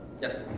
Yes